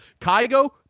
Kygo